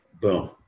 Boom